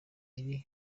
iri